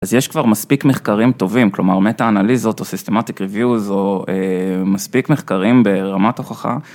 אז יש כבר מספיק מחקרים טובים, כלומר, מטה אנליזות או סיסטמטיק ריוויוז או מספיק מחקרים ברמת הוכחה.